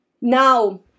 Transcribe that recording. Now